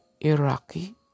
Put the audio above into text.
Iraqi